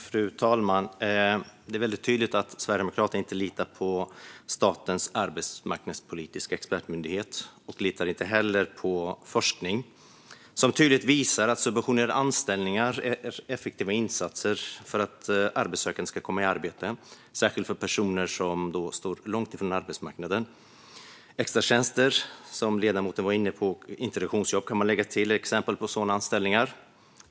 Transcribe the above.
Fru talman! Det är väldigt tydligt att Sverigedemokraterna inte litar på statens arbetsmarknadspolitiska expertmyndighet. Man litar inte heller på forskning som tydligt visar att subventionerade anställningar är effektiva insatser för att arbetssökande ska komma i arbete, särskilt personer som står långt från arbetsmarknaden. Extratjänster, som ledamoten var inne på, och introduktionsjobb är exempel på sådana anställningar.